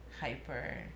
hyper